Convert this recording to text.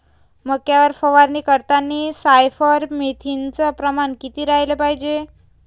मक्यावर फवारनी करतांनी सायफर मेथ्रीनचं प्रमान किती रायलं पायजे?